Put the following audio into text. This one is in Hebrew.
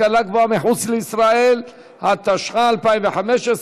התשע"ז 2017,